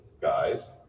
guys